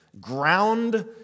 ground